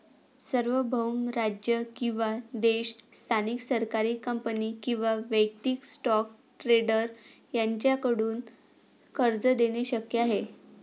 सार्वभौम राज्य किंवा देश स्थानिक सरकारी कंपनी किंवा वैयक्तिक स्टॉक ट्रेडर यांच्याकडून कर्ज देणे शक्य आहे